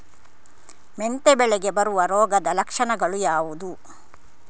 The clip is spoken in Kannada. ಮೆಂತೆ ಬೆಳೆಗೆ ಬರುವ ರೋಗದ ಲಕ್ಷಣಗಳು ಯಾವುದು?